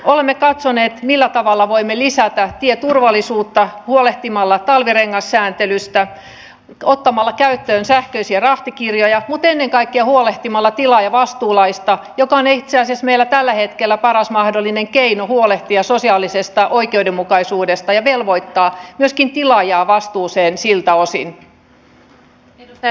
olemme katsoneet millä tavalla voimme lisätä tieturvallisuutta huolehtimalla talvirengassääntelystä ottamalla käyttöön sähköisiä rahtikirjoja mutta ennen kaikkea huolehtimalla tilaajavastuulaista joka on itse asiassa meillä tällä hetkellä paras mahdollinen keino huolehtia sosiaalisesta oikeudenmukaisuudesta ja velvoittaa myöskin tilaajaa vastuuseen siltä osin